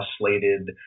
slated